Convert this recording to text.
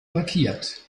markiert